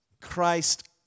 Christ